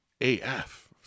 AF